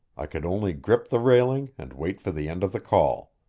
i could only grip the railing and wait for the end of the call.